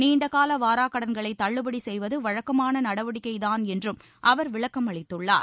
நீண்டகால வாராக்கடன்களை தள்ளுபடி செய்வது வழக்கமான நடவடிக்கைதான் என்றும் அவா விளக்கமளித்துள்ளார்